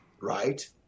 Right